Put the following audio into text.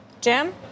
Jim